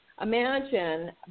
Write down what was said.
imagine